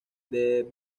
the